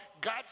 God